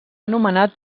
anomenat